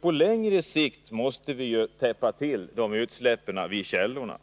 På längre sikt måste vi ju täppa till utsläppen vid källorna,